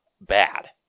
bad